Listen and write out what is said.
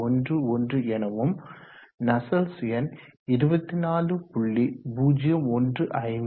11 எனவும் நஸ்சல்ட்ஸ் எண் 24